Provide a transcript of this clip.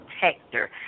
protector